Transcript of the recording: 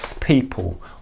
people